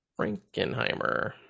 frankenheimer